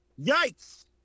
yikes